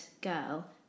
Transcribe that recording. girl